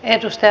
puhemies